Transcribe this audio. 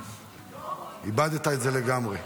איבדת את זה לגמרי.